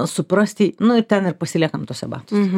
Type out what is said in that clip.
suprasti nu ir ten ir pasiliekam tuose batuose